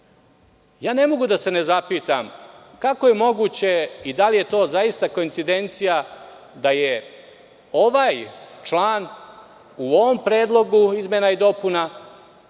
mogu da se ne zapitam kako je moguće i da li je to zaista koincidencija da je ovaj član u ovom Predlogu izmena i dopuna